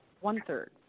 one-third